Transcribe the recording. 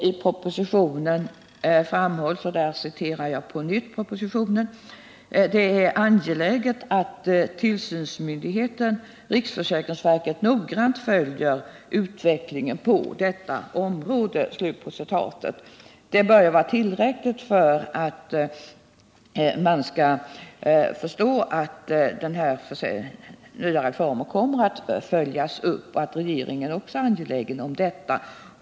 I propositionen framhålles: ”Det är angeläget att tillsynsmyndigheten, riksförsäkringsverket, noggrant följer utvecklingen på detta område.” Det bör vara tillräckligt för att man skall förstå att denna nya reform kommer att följas upp och att regeringen också är angelägen om det.